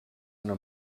una